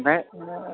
ओमफाय